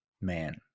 man